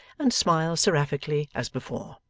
and smile seraphically as before.